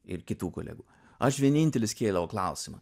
ir kitų kolegų aš vienintelis kėliau klausimą